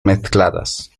mezcladas